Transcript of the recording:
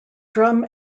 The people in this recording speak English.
drum